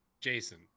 Jason